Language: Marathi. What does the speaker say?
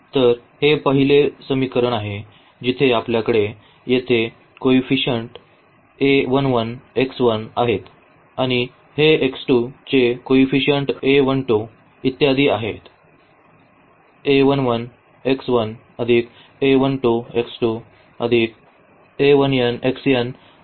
तर हे पहिले समीकरण आहे जिथे आपल्याकडे येथे कोइफिसिएंट आहेत आणि हे चे कोइफिसिएंट इत्यादी आहेत